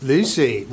Lucy